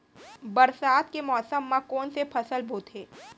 बरसात के मौसम मा कोन से फसल बोथे?